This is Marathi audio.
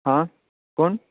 हां कोण